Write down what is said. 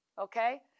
Okay